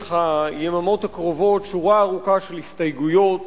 לאורך היממות הקרובות שורה ארוכה של הסתייגויות,